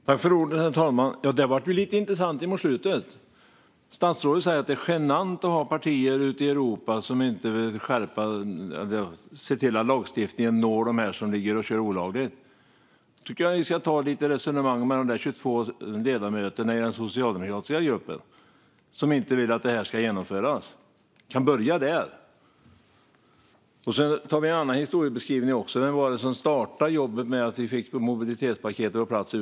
Herr talman! Det blev lite intressant där mot slutet. Statsrådet säger att det är genant att vi har partier ute i Europa som inte vill se till att lagstiftningen når dem som ligger och kör olagligt. Då tycker jag att man ska ha ett resonemang med de 22 ledamöter i den socialdemokratiska gruppen som inte vill att detta ska genomföras. Man kan ju börja där. Sedan har vi en annan historiebeskrivning också - vem var det som över huvud taget startade jobbet med att få mobilitetspaketet på plats?